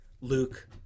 Luke